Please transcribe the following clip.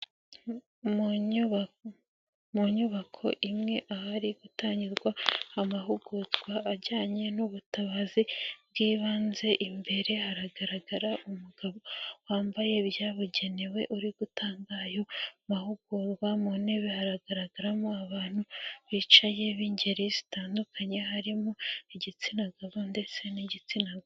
Mu nyubako imwe ahari gutangirwa amahugurwa ajyanye n'ubutabazi bw'ibanze, imbere hagaragara umugabo wambaye ibyabugenewe uri gutanga ayo mahugurwa, mu ntebe hagaragaramo abantu bicaye b'ingeri zitandukanye harimo igitsina gabo ndetse n'igitsina gore.